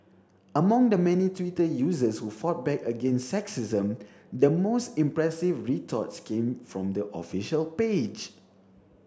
among the many Twitter users who fought back against sexism the most impressive retorts came from the official page